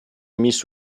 miss